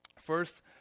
First